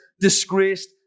disgraced